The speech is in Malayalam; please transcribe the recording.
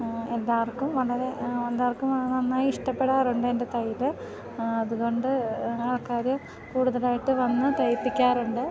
എല്ലാവർക്കും വളരെ എല്ലാവർക്കും നന്നായി ഇഷ്ടപ്പെടാറുണ്ടെൻ്റെ തയ്യല് അത്കൊണ്ട് ആൾക്കാര് കൂടുതലായിട്ട് വന്ന് തയ്പ്പിക്കാറുണ്ട്